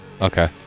Okay